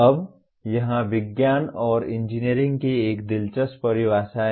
अब यहाँ विज्ञान और इंजीनियरिंग की एक दिलचस्प परिभाषा है